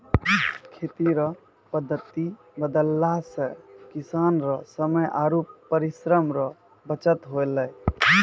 खेती रो पद्धति बदलला से किसान रो समय आरु परिश्रम रो बचत होलै